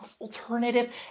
alternative